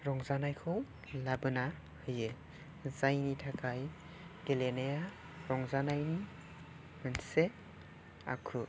रंजानायखौ लाबोना होयो जायनि थाखाय गेलेनाया रंजानायनि मोनसे आखु